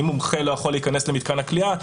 אם מומחה לא יכול להיכנס למתקן הכליאה,